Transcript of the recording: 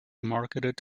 marketed